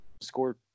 score